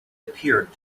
appeared